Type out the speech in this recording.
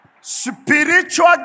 spiritual